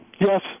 Yes